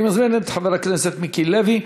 אני מזמין את חבר הכנסת מיקי לוי.